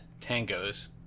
Tangos